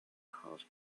called